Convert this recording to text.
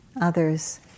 others